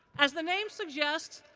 as the name suggests,